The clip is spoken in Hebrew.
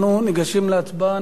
אנחנו ניגשים להצבעה,